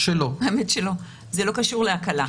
זה לא קשור להקלה.